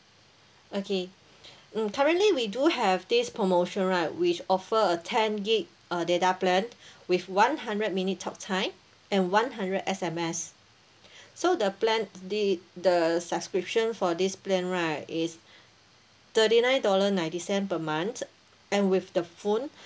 okay mm currently we do have this promotion right which offer a ten gig uh data plan with one hundred minute talk time and one hundred S_M_S so the plan the the subscription for this plan right is thirty nine dollar ninety cent per month and with the phone